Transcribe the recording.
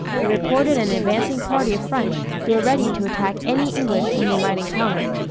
they reported an advancing party of french who were ready to attack any english whom they might encounter.